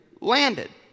landed